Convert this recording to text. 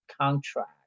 contract